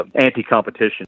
anti-competition